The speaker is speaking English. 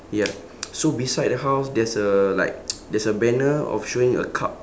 ya so beside the house there's a like there's a banner of showing a cup